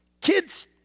Kids